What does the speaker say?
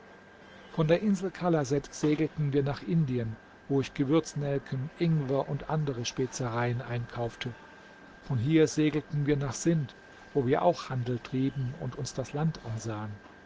von der insel kalaset segelten wir nach indien wo ich gewürznelken ingwer und andere spezereien einkaufte von hier segelten wir nach sind wo wir auch handel trieben und uns das land ansahen